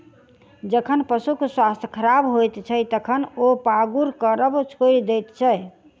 जखन पशुक स्वास्थ्य खराब होइत छै, तखन ओ पागुर करब छोड़ि दैत छै